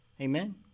Amen